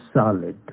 solid